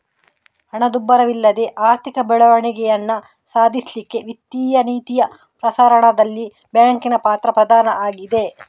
ಹಣದುಬ್ಬರವಿಲ್ಲದೆ ಆರ್ಥಿಕ ಬೆಳವಣಿಗೆಯನ್ನ ಸಾಧಿಸ್ಲಿಕ್ಕೆ ವಿತ್ತೀಯ ನೀತಿಯ ಪ್ರಸರಣದಲ್ಲಿ ಬ್ಯಾಂಕಿನ ಪಾತ್ರ ಪ್ರಧಾನ ಆಗಿದೆ